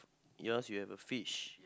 yours you have a fish